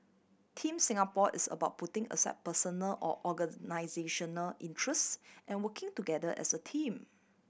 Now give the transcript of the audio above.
Team Singapore is about putting aside personal or organisational interests and working together as a team